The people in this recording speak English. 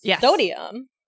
sodium